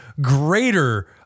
greater